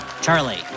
Charlie